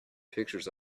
pictures